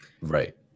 Right